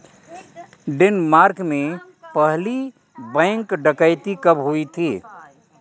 Denmark में पहली bank डकैती कब हुई थी?